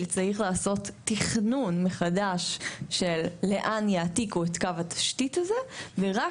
צריך לעשות תכנון מחדש של לאן יעתיקו את קו התשתית הזה ורק